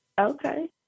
Okay